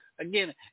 again